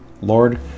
Lord